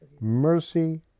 mercy